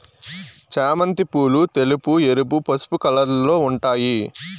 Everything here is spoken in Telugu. చామంతి పూలు తెలుపు, ఎరుపు, పసుపు కలర్లలో ఉంటాయి